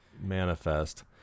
manifest